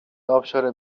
آبشار